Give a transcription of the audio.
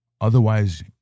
Otherwise